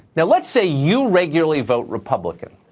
now, let's say you regularly vote republican.